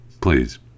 Please